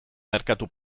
merkatu